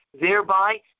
Thereby